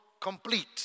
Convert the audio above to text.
complete